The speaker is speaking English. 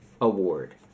award